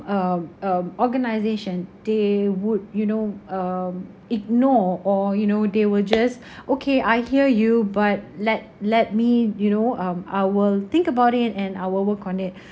um um organisation they would you know um ignore or you know they will just okay I hear you but let let me you know um I will think about it and I will work on it